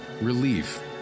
Relief